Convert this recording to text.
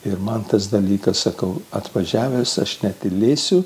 ir man tas dalykas sakau atvažiavęs aš netylėsiu